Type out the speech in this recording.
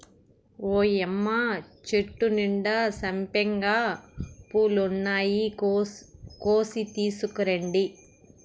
ఓయ్యమ్మ చెట్టు నిండా సంపెంగ పూలున్నాయి, కోసి తీసుకురండి